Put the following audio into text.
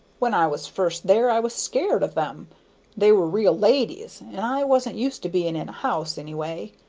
when i was first there i was scared of them they were real ladies, and i wasn't used to being in a house, any way.